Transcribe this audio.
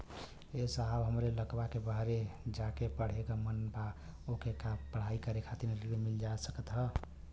ए साहब हमरे लईकवा के बहरे जाके पढ़े क मन बा ओके पढ़ाई करे खातिर ऋण मिल जा सकत ह?